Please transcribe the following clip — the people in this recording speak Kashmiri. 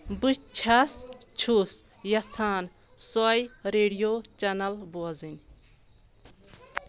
بہٕ چھَس چھُس یژھان سۄیہِ ریڈیو چنَل بوزٕنۍ